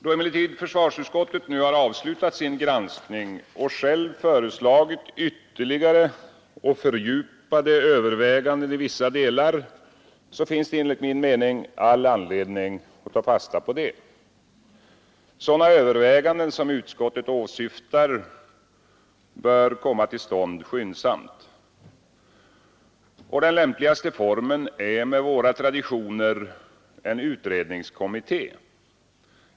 Då emellertid försvarsutskottet nu har avslutat sin granskning och själv föreslagit ytterligare och fördjupade överväganden i vissa delar, finns det enligt min mening all anledning att ta fasta på detta. Sådana överväganden som utskottet åsyftar bör komma till stånd skyndsamt. Den lämpligaste formen är med våra traditioner en utredningskommitté.